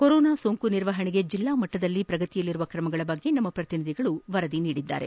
corona ಸೋಂಕು ನಿರ್ವಹಣೆಗೆ ಜಿಲ್ಲಾ ಮಟ್ಟದಲ್ಲಿ ಪ್ರಗತಿಯಲ್ಲಿರುವ ಕ್ರಮಗಳ ಬಗ್ಗೆ ನಮ್ಮ ಪ್ರತಿನಿಧಿಗಳು ವರದಿ ಮಾಡಿದ್ದಾರೆ